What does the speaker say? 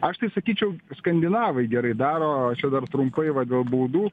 aš tai sakyčiau skandinavai gerai daro čia dar trumpai va dėl baudų